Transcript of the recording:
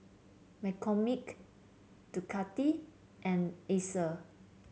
McCormick Ducati and Acer